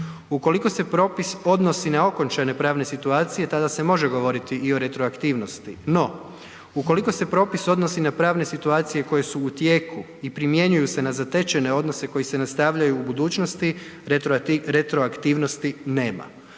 Ukoliko se propis odnosi na okončane pravne situacije tada se može govoriti i o retroaktivnosti, no ukoliko se propis odnosi na pravne situacije koje su u tijeku i primjenjuju se na zatečene odnose koji se nastavljaju u budućnosti, retroaktivnosti nema.